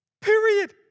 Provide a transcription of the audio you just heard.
Period